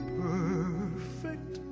perfect